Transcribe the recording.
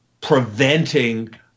preventing